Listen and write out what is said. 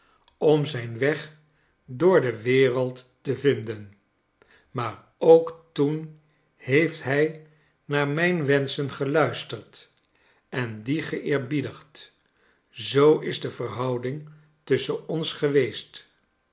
om zijn weg door de wereld te vinden maar ook toen heeft hij naar mijn wenschen geluisterd en die geeerbiedigd zoo is de verhouding tusschen ons geweest